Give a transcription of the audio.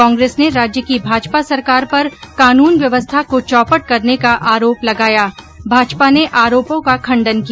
कांग्रेस ने राज्य की भाजपा सरकार पर कानून व्यवस्था को चौपट करने का आरोप लगाया भाजपा ने आरोपो का खण्डन किया